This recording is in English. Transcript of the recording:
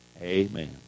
Amen